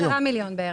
10 מיליון.